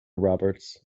roberts